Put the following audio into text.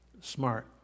Smart